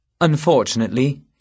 Unfortunately